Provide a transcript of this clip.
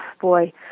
boy